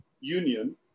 Union